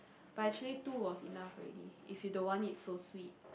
but actually to was enough already if you don't want it so sweet